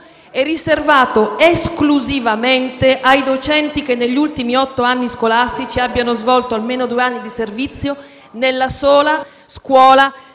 e riservato esclusivamente ai docenti che negli ultimi otto anni scolastici abbiano svolto almeno due anni di servizio nella sola scuola